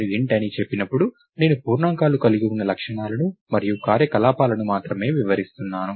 నేను Int అని చెప్పినప్పుడు నేను పూర్ణాంకాలు కలిగి ఉన్న లక్షణాలను మరియు కార్యకలాపాలను మాత్రమే వివరిస్తున్నాను